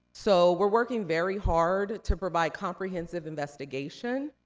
so, we're working very hard to provide comprehensive investigation,